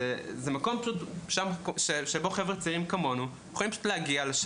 זה מקום פשוט שחבר'ה צעירים כמונו יכולים פשוט להגיע אליו,